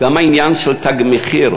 גם העניין של "תג מחיר"